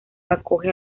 acoge